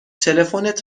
تلفنت